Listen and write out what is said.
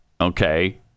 okay